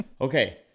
Okay